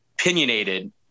opinionated